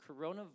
coronavirus